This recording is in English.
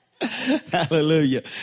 Hallelujah